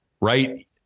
right